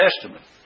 Testament